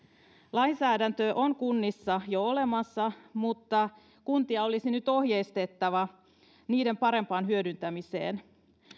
lainsäädäntöä on kunnissa jo olemassa mutta kuntia olisi nyt ohjeistettava niiden parempaan hyödyntämiseen